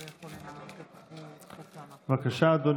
בבקשה, אדוני,